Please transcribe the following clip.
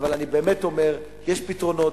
אבל אני באמת אומר שיש פתרונות,